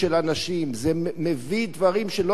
זה מביא דברים שלא היו לפני כן,